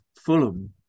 Fulham